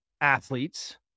athletes